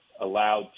allowed